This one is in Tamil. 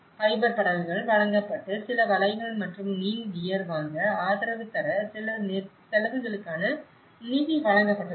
ஃபைபர் படகுகள் வழங்கப்பட்டு சில வலைகள் மற்றும் மீன் கியர் வாங்க ஆதரவு தர சில செலவுகளுக்கான நிதி வழங்கப்பட்டுள்ளன